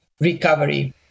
recovery